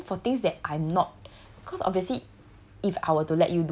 I okay and then for things that I'm not cause obviously